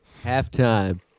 Halftime